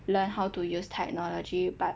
learn how to use technology but